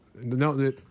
no